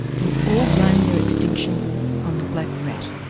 can all blame their extinction on the black rat.